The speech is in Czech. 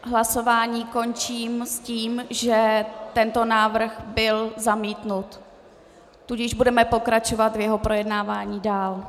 Hlasování končím s tím, že tento návrh byl zamítnut, tudíž budeme pokračovat v jeho projednávání dál.